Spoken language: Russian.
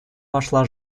вошла